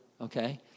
okay